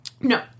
No